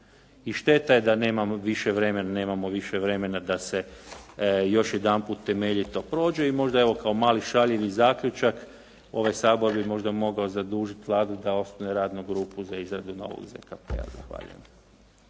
I šteta je da nemamo više vremena da se još jedanput temeljito prođe i možda, evo kao malo šaljivi zaključak, ovaj Sabor bi možda mogao zadužiti Vladu da osnuje radnu grupu za izradu novog ZKP-a. Zahvaljujem.